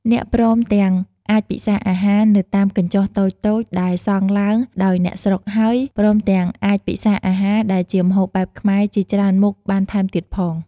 អ្នកព្រមទាំងអាចពិសាអាហារ នៅតាមកញ្ចុះតូចៗដែលសង់ឡើងដោយអ្នកស្រុកហើយ ព្រមទាំងអាចពិសាអាហារដែលជាម្ហូបបែបខ្មែរជាច្រើនមុខបានថែមទៀតផង។